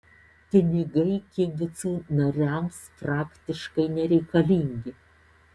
pinigai kibucų nariams praktiškai nereikalingi